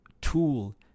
tool